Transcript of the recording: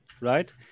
right